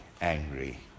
angry